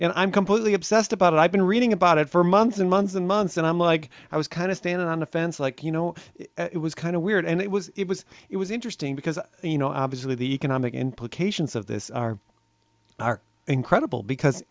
and i'm completely obsessed about it i've been reading about it for months and months and months and i'm like i was kind of standing on the fence like you know it was kind of weird and it was it was it was interesting because you know obviously the economic implications of this are incredible because